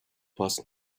past